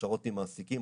הכשרות עם מעסיקים.